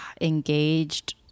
engaged